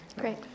Great